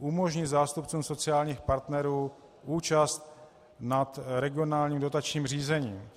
Umožnit zástupcům sociálních partnerů účast na regionálním dotačním řízení.